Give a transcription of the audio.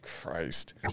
Christ